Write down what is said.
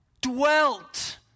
dwelt